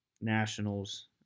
Nationals